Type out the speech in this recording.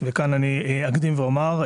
אקדים ואומר,